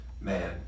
Man